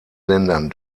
ländern